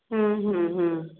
हूँ हूँ हूँ